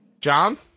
John